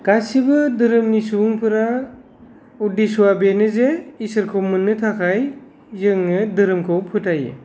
गासैबो धोरोमनि सुबुंफोरा उदेस्स'आ बेनो जे इसोरखौ मोननो थाखाय जोङो धोरोमखौ फोथायो